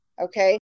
Okay